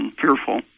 fearful